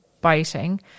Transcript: biting